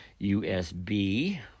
USB